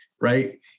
Right